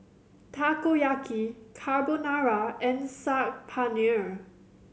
Takoyaki Carbonara and Saag Paneer